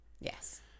Yes